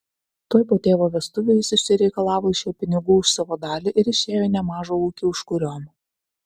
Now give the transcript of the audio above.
tuoj po tėvo vestuvių jis išsireikalavo iš jo pinigų už savo dalį ir išėjo į nemažą ūkį užkuriom